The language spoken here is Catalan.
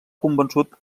convençut